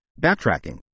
backtracking